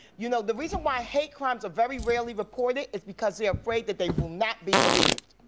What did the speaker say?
you know, the reason why hate crimes are very rarely reported is because they're afraid that they will not be believed.